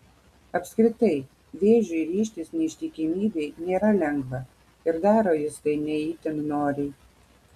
apskritai vėžiui ryžtis neištikimybei nėra lengva ir daro jis tai ne itin noriai